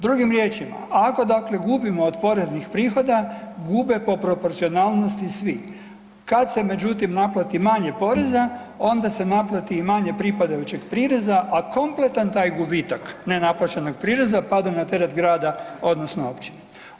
Drugim riječima, ako dakle gubimo od poreznih prihoda gube po proporcionalnosti svi, kad se međutim naplati manje poreza onda se naplati i manje pripadajućeg prireza, a kompletan taj gubitak nenaplaćenog prireza pada na teret grada odnosno općine.